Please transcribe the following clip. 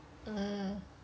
mm